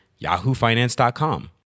yahoofinance.com